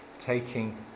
taking